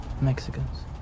Mexicans